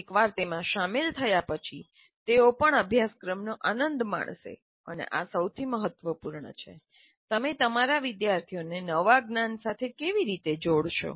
એકવાર તેમાં સામેલ થયા પછી તેઓ પણ અભ્યાસક્રમનો આનંદ માણશે અને આ સૌથી મહત્વપૂર્ણ છે તમે તમારા વિદ્યાર્થીને નવા જ્ઞાન સાથે કેવી રીતે જોડશો